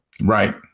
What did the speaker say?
Right